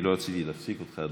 לא רציתי להפסיק אותך,